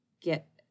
get